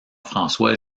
françois